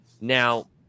now